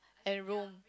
and Rome